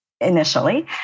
initially